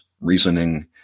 reasoning